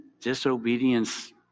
disobedience